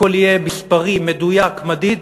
הכול יהיה מספרי, מדויק, מדיד,